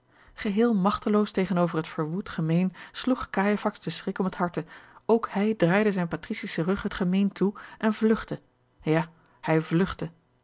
geheel magteloos tegenover het verwoed gemeen sloeg cajefax de schrik om het harte ook hij draaide zijn patricischen rug het gemeen toe en vlugtte ja hij vlugtte